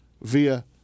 via